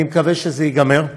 אני מקווה שזה ייגמר,